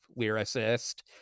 lyricist